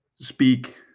speak